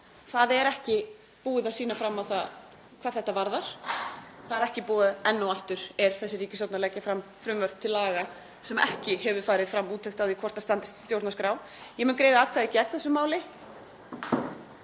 Það er ekki búið að sýna fram á það hvað þetta varðar. Enn og aftur er þessi ríkisstjórn að leggja fram frumvarp til laga sem ekki hefur farið fram úttekt á hvort standist stjórnarskrá. Ég mun greiða atkvæði gegn þessu máli.